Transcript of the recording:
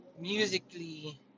musically